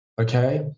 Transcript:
okay